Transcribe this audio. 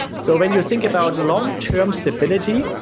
so when you think about long-term stability,